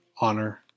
honor